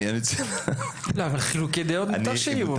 אבל מותר שיהיו חלוקי דעות.